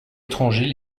étrangers